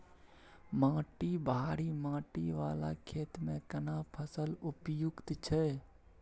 माटी भारी माटी वाला खेत में केना फसल उपयुक्त छैय?